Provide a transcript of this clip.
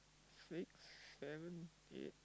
six seven eight